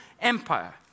empire